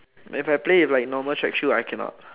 if I play with normal track shoe I cannot